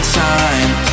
time